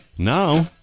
Now